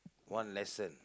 one lesson